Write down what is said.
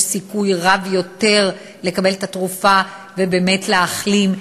סיכוי רב יותר אם יקבלו את התרופה באמת להחלים,